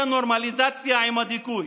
אין ולא תהיה נורמליזציה עם הדיכוי.